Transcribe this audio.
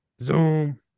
Zoom